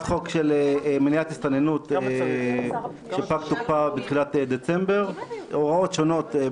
הדיון בהצעת חוק למניעת הסתננות (עבירות שיפוט)(הוראת שעה),